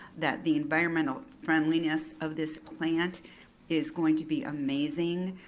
that the environmental friendliness of this plant is going to be amazing.